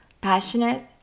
passionate